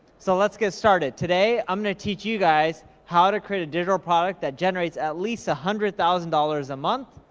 so, let's get started. today, i'm gonna teach you guys how to create a digital product that generates at least one hundred thousand dollars a month.